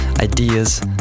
ideas